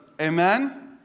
amen